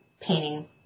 painting